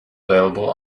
available